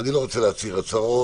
אני לא רוצה להצהיר הצהרות.